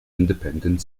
independent